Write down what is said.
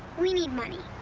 we need money.